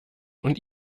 und